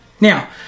Now